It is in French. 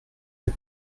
des